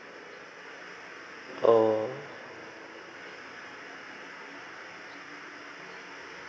oh